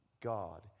God